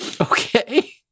okay